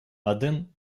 аден